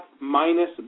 minus